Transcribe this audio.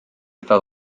fel